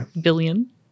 billion